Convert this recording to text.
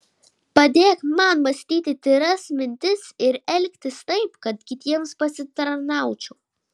padėk man mąstyti tyras mintis ir elgtis taip kad kitiems pasitarnaučiau